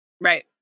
Right